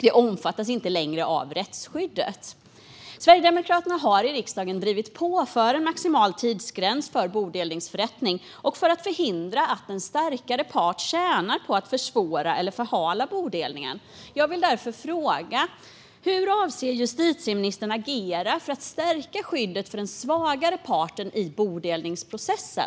Det omfattas inte längre av rättsskyddet. Sverigedemokraterna har i riksdagen drivit på för en maximal tidsgräns för bodelningsförrättning och för att förhindra att en starkare part tjänar på att försvåra eller förhala bodelningen. Jag vill därför fråga: Hur avser justitieministern att agera för att stärka skyddet för den svagare parten i bodelningsprocessen?